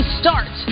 start